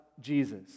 Jesus